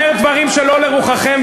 אומר דברים שלא לרוחכם,